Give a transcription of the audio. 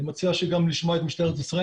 אני מציע שנשמע גם את משטרת ישראל,